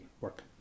work